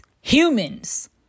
humans